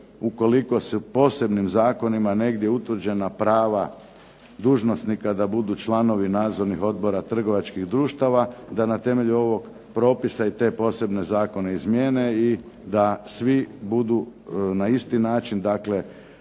ukoliko se posebnim zakonima negdje utvrđena prava dužnosnika da budu članovi nadzornih odbora trgovačkih društava i da na temelju ovog propisa i te posebne zakone izmijene i da svi budu na isti način, dakle